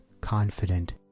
confident